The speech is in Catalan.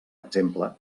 exemple